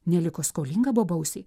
neliko skolinga bobausė